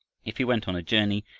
if he went on a journey,